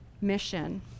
mission